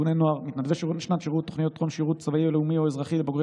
כולל תוכניות חפציב"ה, חיל ומורשה, ג.